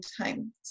time